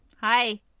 hi